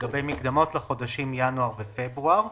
מקדמות לחודשים ינואר ופברואר.